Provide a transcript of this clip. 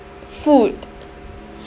food